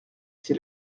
c’est